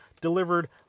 delivered